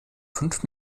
fünf